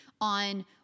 on